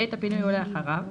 בעת פינוי או לאחריו,